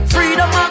Freedom